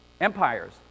empires